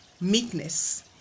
meekness